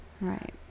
Right